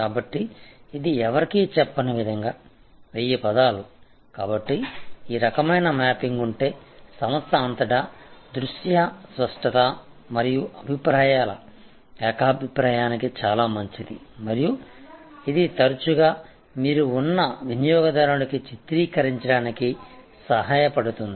కాబట్టి ఇది ఎవరికీ చెప్పని విధంగా 1000 పదాలు కాబట్టి ఈ రకమైన మ్యాపింగ్ ఉంటే సంస్థ అంతటా దృశ్య స్పష్టత మరియు అభిప్రాయాల ఏకాభిప్రాయానికి చాలా మంచిది మరియు ఇది తరచుగా మీరు ఉన్న వినియోగదారుడికి చిత్రీకరించడానికి సహాయపడుతుంది